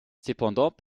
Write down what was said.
cependant